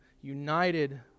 united